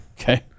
Okay